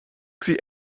sie